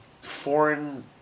foreign